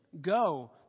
Go